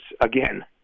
again